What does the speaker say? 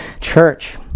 Church